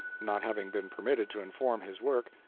not having been permitted to inform his work,